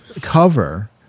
cover